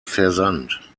versand